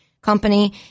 company